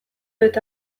eta